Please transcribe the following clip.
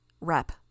Rep